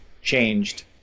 changed